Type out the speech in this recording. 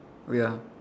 oh ya